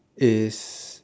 is